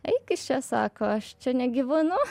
eik iš čia sako aš čia negyvenu